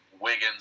Wiggins